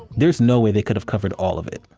there's no way they could've covered all of it.